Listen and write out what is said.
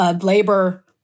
labor